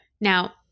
Now